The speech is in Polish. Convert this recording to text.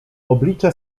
oblicze